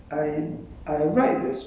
中文吧